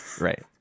Right